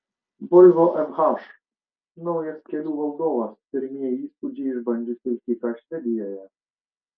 volvo fh naujas kelių valdovas pirmieji įspūdžiai išbandžius vilkiką švedijoje